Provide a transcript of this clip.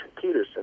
Peterson